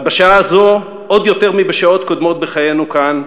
אבל בשעה זו, עוד יותר מבשעות קודמות בחיינו כאן,